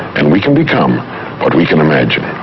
and we can become what we can imagine.